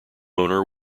owner